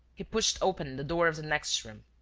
he pushed open the door of the next room,